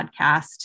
podcast